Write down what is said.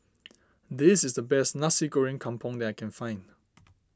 this is the best Nasi Goreng Kampung that I can find